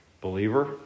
Believer